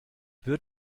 wird